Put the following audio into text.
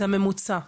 זה ממוצע.